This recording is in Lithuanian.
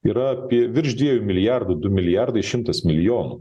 yra apie virš dviejų milijardų du milijardai šimtas milijonų